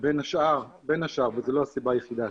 בין השאר אבל זו לא הסיבה היחידה,